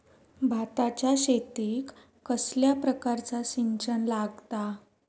भाताच्या शेतीक कसल्या प्रकारचा सिंचन लागता?